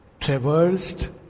traversed